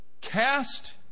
Cast